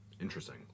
Interesting